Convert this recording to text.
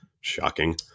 Shocking